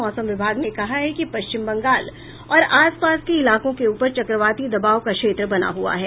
मौसम विभाग ने कहा है कि पश्चिम बंगाल और आसपास के इलाकों के ऊपर चक्रवाती दबाव का क्षेत्र बना हुआ है